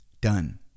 Done